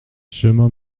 chemin